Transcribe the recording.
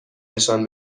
نشان